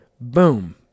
Boom